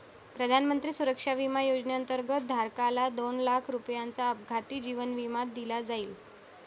प्रधानमंत्री सुरक्षा विमा योजनेअंतर्गत, धारकाला दोन लाख रुपयांचा अपघाती जीवन विमा दिला जाईल